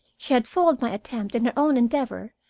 she had foiled my attempt in her own endeavor,